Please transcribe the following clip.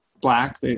black